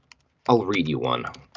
i'll read you one of